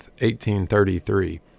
1833